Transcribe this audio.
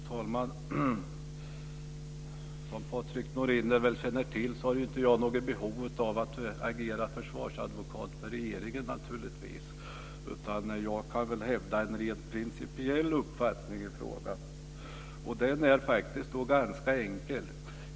Fru talman! Som Patrik Norinder väl känner till har jag inte något behov av att agera försvarsadvokat för regeringen. Jag kan väl hävda en rent principiell uppfattning i frågan. Den är ganska enkel.